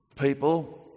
people